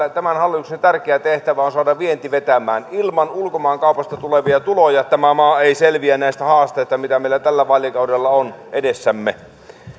ja tämän hallituksen tärkeä tehtävä on saada vienti vetämään ilman ulkomaankaupasta tulevia tuloja tämä maa ei selviä näistä haasteista mitä meillä tällä vaalikaudella on edessämme